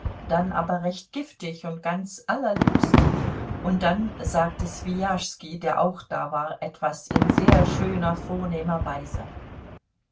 dann aber recht giftig und ganz allerliebst und dann sagte swijaschski der auch da war etwas in sehr schöner vornehmer weise